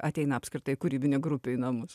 ateina apskritai kūrybinė grupė į namus